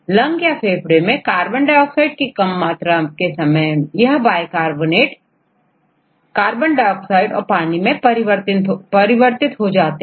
lung या फेफड़ों में कार्बन डाइऑक्साइड की कम मात्रा के समय यह बाइकार्बोनेट कार्बन डाइऑक्साइड और पानी में परिवर्तित हो जाते हैं